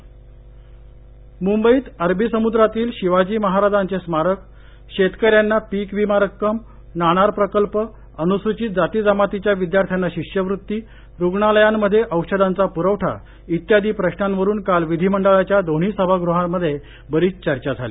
विधी मंडळ कामकाज मुंबईत अरबी समुद्रातील शिवाजी महाराजांचे स्मारक शेतकऱ्यांना पीक विमा रक्कम नाणार प्रकल्प अनुसूचित जाती जमातीच्या विद्यार्थ्यांना शिष्यवृत्ती रुग्णालयांमध्ये औषधांचा पुरवठा इत्यादी प्रशांवरून काल विधिमंडळाच्या दोन्ही सभागृहात बरीच चर्चा झाली